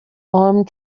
armed